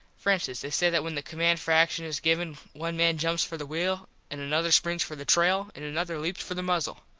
for instance they say that when the command for action is given one man jumps for the wheel and another springs for the trail an another leaps for the muzzle.